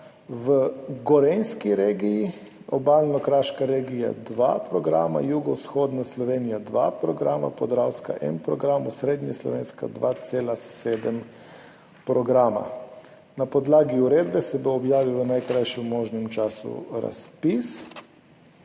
v Gorenjski regiji, Obalno-kraška regija 2 programa, Jugovzhodna Slovenija 2 programa, Podravska 1 program, Osrednjeslovenska 2,7 programa. Na podlagi uredbe se bo v najkrajšem možnem času objavil